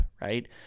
right